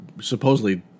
supposedly-